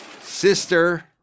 sister